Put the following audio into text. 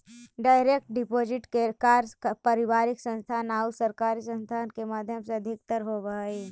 direct deposit के कार्य व्यापारिक संस्थान आउ सरकारी संस्थान के माध्यम से अधिकतर होवऽ हइ